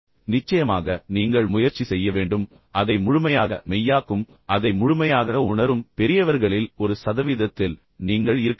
நிச்சயமாக நீங்கள் முயற்சி செய்ய வேண்டும் என்று நான் குறிக்கிறேன் அதை முழுமையாக மெய்யாக்கும் அதை முழுமையாக உணரும் பெரியவர்களில் ஒரு சதவீதத்தில் நீங்கள் இருக்க வேண்டும்